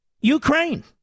Ukraine